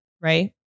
Right